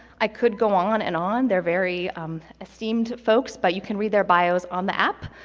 i could go on and on, they're very esteemed folks, but you can read their bios on the app,